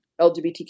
LGBTQ